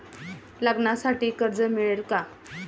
लग्नासाठी कर्ज मिळेल का?